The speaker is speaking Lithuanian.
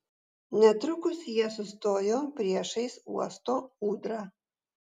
netrukus jie sustojo priešais uosto ūdrą